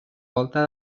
volta